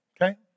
okay